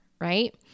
right